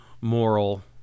moral